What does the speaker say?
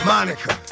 Monica